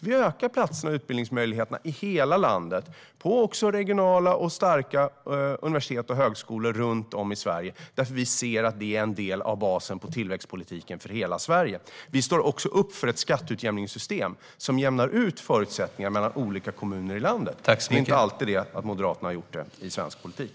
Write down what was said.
Vi ökar platserna och utbildningsmöjligheterna i hela landet och också på regionala och starka regionala universitet och högskolor runt om i Sverige. Vi ser att det är en del av basen på tillväxtpolitiken för hela Sverige. Vi står också upp för ett skatteutjämningssystem som jämnar ut förutsättningarna mellan olika kommuner i landet. Det är inte alltid Moderaterna har gjort det i svensk politik.